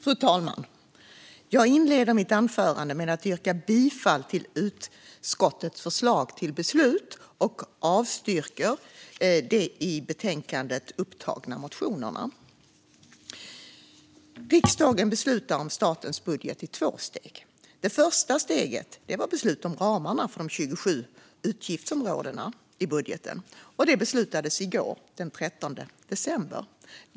Fru talman! Jag inleder mitt anförande med att yrka bifall till utskottets förslag till beslut och avslag på de i betänkandet upptagna motionerna. Riksdagen beslutar om statens budget i två steg. Det första steget var beslut om ramarna för de 27 utgiftsområdena i budgeten. Detta beslut fattades i går, den 13 december.